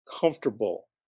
comfortable